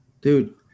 Dude